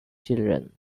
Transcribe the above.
children